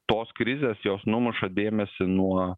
tos krizės jos numuša dėmesį nuo